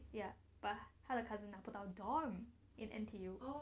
ya but 他的 cousin 拿不到 dorm in N_T_U oh no ya so